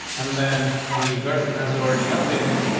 and then the version has already updated.